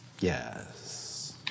Yes